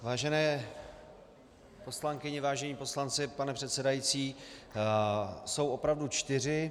Vážené poslankyně, vážení poslanci, pane předsedající, ta usnesení jsou opravdu čtyři.